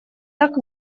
так